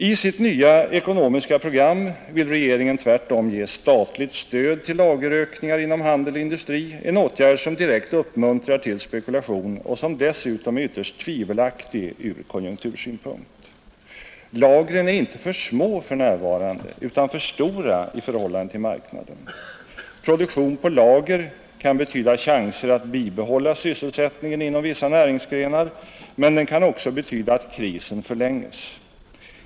I sitt nya ekonomiska program vill regeringen tvärtom ge statligt stöd till lagerökningar inom handel och industri, en åtgärd som direkt uppmuntrar till spekulation och som dessutom är ytterst tvivelaktig ur konjunktursynpunkt. Lagren är inte för små för närvarande utan för stora i förhållande till marknaden. Produktion på lager kan betyda chanser att bibehålla sysselsättningen inom vissa näringsgrenar, men den kan också betyda att krisen förlänges.